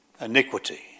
Iniquity